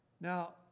Now